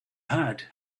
had